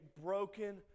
broken